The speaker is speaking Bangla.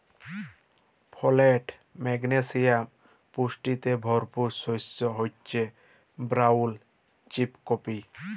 ফলেট, ম্যাগলেসিয়াম পুষ্টিতে ভরপুর শস্য হচ্যে ব্রাউল চিকপি